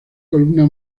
columna